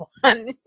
one